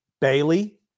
Bailey